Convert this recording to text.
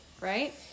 Right